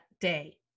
day